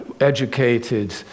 educated